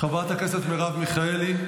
חברת הכנסת מרב מיכאלי,